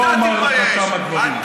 שלא אומר לך כמה דברים,